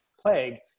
plague